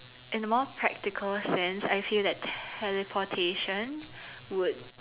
in a more practical sense I feel that teleportation would